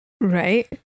Right